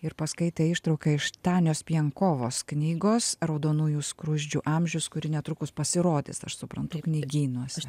ir paskaitė ištrauką iš tanios pienkovos knygos raudonųjų skruzdžių amžius kuri netrukus pasirodys aš suprantu knygynuose